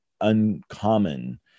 uncommon